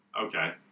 Okay